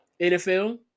NFL